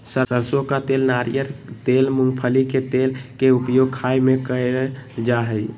सरसों का तेल नारियल तेल मूंगफली के तेल के उपयोग खाय में कयल जा हइ